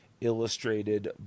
illustrated